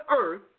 earth